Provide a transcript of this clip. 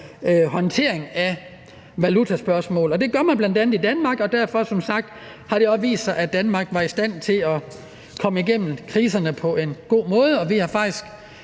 håndtering af valutaspørgsmål. Det gør man bl.a. i Danmark, og derfor har det som sagt også vist sig, at Danmark var i stand til at komme igennem kriserne på en god måde. Vi har faktisk,